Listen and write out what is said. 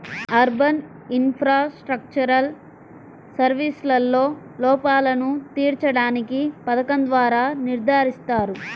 urban infrastructural సర్వీసెస్లో లోపాలను తీర్చడానికి పథకం ద్వారా నిర్ధారిస్తారు